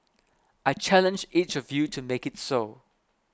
I challenge each of you to make it so